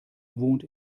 wohnt